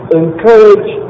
encourage